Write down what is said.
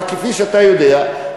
אבל כפי שאתה יודע,